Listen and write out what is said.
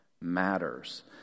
matters